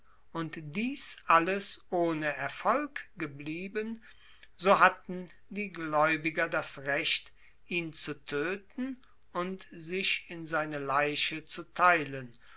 und dies alles ohne erfolg geblieben so hatten die glaeubiger das recht ihn zu toeten und sich in seine leiche zu teilen